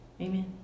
Amen